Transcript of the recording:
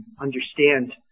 understand